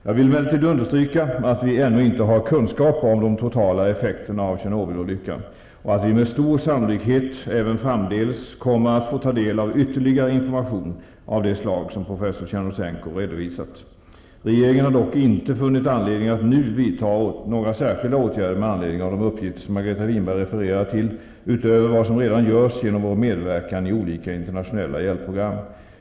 Jag vill emellertid understryka att vi ännu inte har kunskap om de totala effekterna av Tjernobylolyckan och att vi med stor sannolikhet även framdeles kommer att få ta del av ytterligare information av det slag som professor Regeringen har dock inte funnit anledning att nu vidta några särskilda åtgärder med anledning av de uppgifter som Margareta Winberg refererar till utöver vad som redan görs genom vår medverkan i olika internationella hjälpprogram.